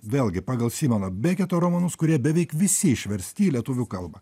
vėlgi pagal simono beketo romanus kurie beveik visi išversti į lietuvių kalbą